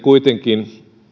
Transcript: kuitenkin